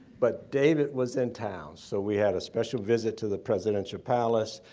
but david was in town. so we had a special visit to the presidential palace.